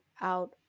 out